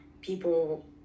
people